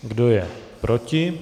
Kdo je proti?